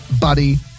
buddy